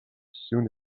soon